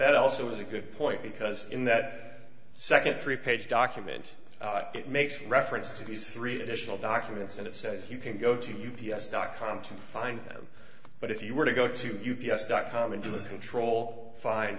that also is a good point because in that second three page document it makes reference to these three additional documents and it says you can go to u p s dot com to find them but if you were to go to u b s dot com into the control fin